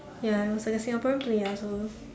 ya it was like a Singaporean play ya so